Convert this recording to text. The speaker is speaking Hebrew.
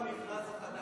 כי זה רק במכרז החדש,